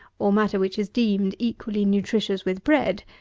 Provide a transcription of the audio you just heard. or matter which is deemed equally nutritious with bread,